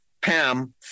Pam